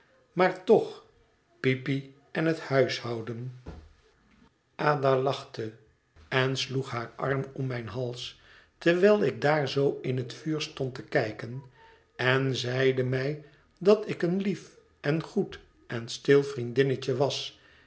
maar toch peepy en het huishouden ada lachte sloeg haar arm om mijn hals terwijl ik daar zoo in het vuur stond te kijken en zeide mij dat ik een lief en goed en stil vriendinnetje was